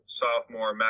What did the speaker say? sophomore